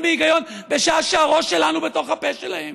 בהיגיון בשעה שהראש שלנו בתוך הפה שלהן,